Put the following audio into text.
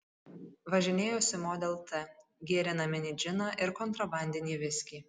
važinėjosi model t gėrė naminį džiną ir kontrabandinį viskį